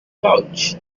pouch